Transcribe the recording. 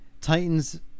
Titans